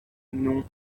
non